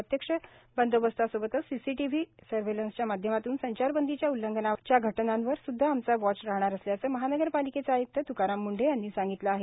प्रत्यक्ष बंदोबस्तासोबतच सीसीटीव्ही सर्वेलन्सच्या माध्यमातून संचारबंदीच्या उल्लंघनाच्या घटनावर सुदधा आमचा वॉच राहणार असल्याचं महानगर पालिकेचे आयुक्त तुकाराम मुंढे यांनी सांगितलं आहे